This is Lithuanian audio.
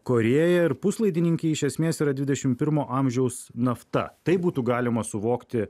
korėja ir puslaidininkiai iš esmės yra dvidešim pirmo amžiaus nafta taip būtų galima suvokti